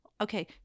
okay